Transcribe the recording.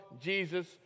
Jesus